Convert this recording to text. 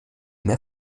mehr